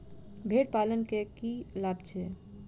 भेड़ पालन केँ की लाभ छै?